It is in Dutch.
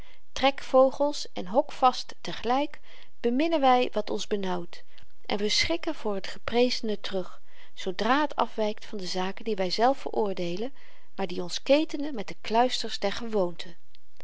trekvogels en hokvast te gelyk beminnen wy wat ons benauwt en we schrikken voor t geprezene terug zoodra t afwykt van de zaken die wyzelf veroordeelden maar die ons ketenen met de kluisters der gewoonte